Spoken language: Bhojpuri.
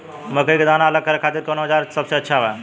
मकई के दाना अलग करे खातिर कौन औज़ार सबसे अच्छा बा?